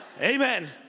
Amen